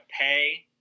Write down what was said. pay –